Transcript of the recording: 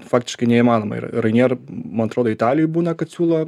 faktiškai neįmanoma ir ryanair man atrodo italijoj būna kad siūlo